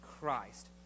Christ